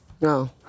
No